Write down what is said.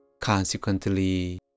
Consequently